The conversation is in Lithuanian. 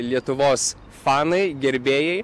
lietuvos fanai gerbėjai